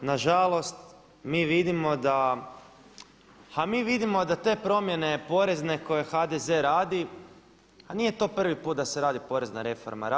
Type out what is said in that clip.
Na žalost, mi vidimo da, a mi vidimo da te promjene porezne koje HDZ radi, a nije to prvi put da se radi porezna reforma radi.